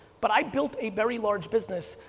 but i built a very large business,